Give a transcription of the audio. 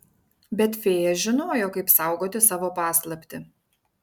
bet fėja žinojo kaip saugoti savo paslaptį